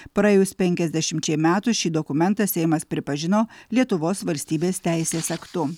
praėjus penkiasdešimčiai metų šį dokumentą seimas pripažino lietuvos valstybės teisės aktu